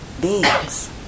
beings